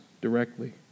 directly